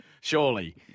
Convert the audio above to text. Surely